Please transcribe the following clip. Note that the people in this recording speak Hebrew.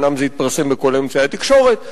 אומנם זה התפרסם בכל אמצעי התקשורת,